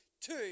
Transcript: two